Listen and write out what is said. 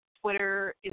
Twitter